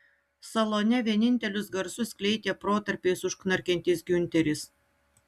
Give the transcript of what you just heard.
salone vienintelius garsus skleidė protarpiais užknarkiantis giunteris